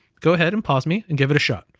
go ahead, and pause me, and give it a shot.